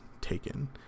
taken